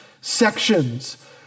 sections